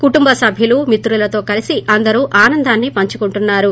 కుటుంబ సభ్యులతో మిత్రులతో కలిసి అందరు ఆనందాన్ని పంచుకుంటున్నారు